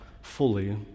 fully